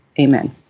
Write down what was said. Amen